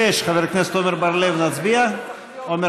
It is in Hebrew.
חנין זועבי, טלב עבו